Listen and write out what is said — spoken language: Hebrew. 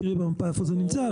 תיכף תראי במפה איפה זה נמצא.